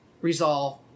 resolve